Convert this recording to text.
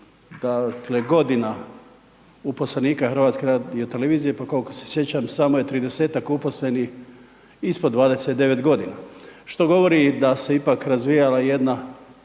godina uposlenika Hrvatske radio televizije pa koliko se sjećam samo je 30-ak uposlenih ispod 29 godina, što govori da se ipak razvijala jedna